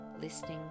listening